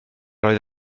oedd